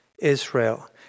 Israel